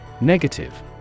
Negative